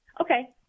Okay